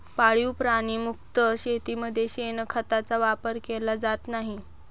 पाळीव प्राणी मुक्त शेतीमध्ये शेणखताचा वापर केला जात नाही